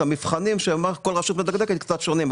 המבחנים שכל רשות נוקטת בהם הם קצת שונים,